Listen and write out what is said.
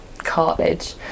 Cartilage